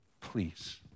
Please